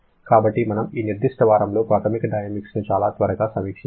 కాబట్టి మనము ఈ నిర్దిష్ట వారంలో ప్రాథమిక థర్మోడైనమిక్స్ను చాలా త్వరగా సమీక్షించాము